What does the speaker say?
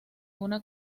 una